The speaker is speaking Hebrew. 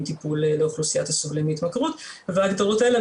טיפול לאוכלוסיית הסובלים מהתמכרות וההגדרות האלה,